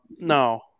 No